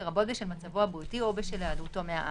לרבות בשל מצבו הבריאותי או בשל היעדרותו מהארץ,